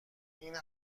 این